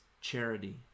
charity